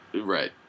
Right